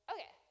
Okay